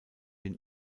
den